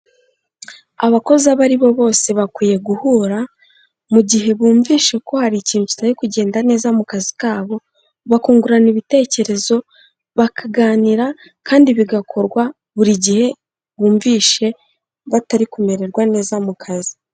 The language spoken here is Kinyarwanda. Abakozi abo ari bo bose bakwiye guhura mu gihe bumvishe ko hari ikintu kitari kugenda neza mu kazi kabo, bakungurana ibitekerezo, bakaganira kandi bigakorwa buri gihe bumvishe batari kumererwa neza mu kazi.